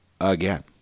again